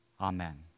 Amen